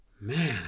man